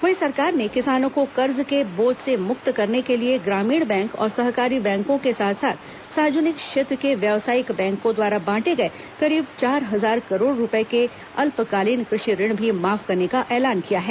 वहीं सरकार ने किसानों को कर्ज के बोझ से मुक्त करने के लिए ग्रामीण बैंक और सहकारी बैंकों के साथ साथ सार्वजनिक क्षेत्र के व्यावसायिक बैंकों द्वारा बांटे गए करीब चार हजार करोड़ रूपये के अल्पकालीन कृषि ऋण भी माफ करने का ऐलान किया है